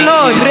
Lord